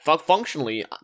functionally